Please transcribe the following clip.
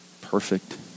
perfect